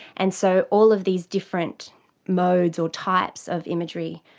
and so all of these different modes or types of imagery,